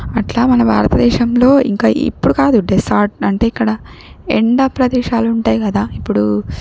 అట్లా మన భారతదేశంలో ఇంక ఇప్పుడు కాదు డెసార్ట్ అంటే ఇక్కడ ఎండ ప్రదేశాలు ఉంటాయి కదా ఇప్పుడు